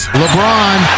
lebron